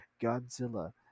Godzilla